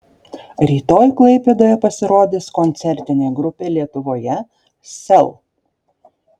rytoj klaipėdoje pasirodys koncertinė grupė lietuvoje sel